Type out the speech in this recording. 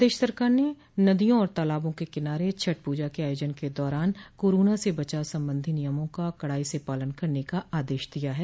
प्रदेश सरकार ने नदियों और तलाबों के किनारे छठ पूजा के आयोजन के दौरान कोरोना से बचाव संबंधी नियमों के कड़ाई से पालन करने का आदेश दिया है